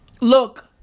look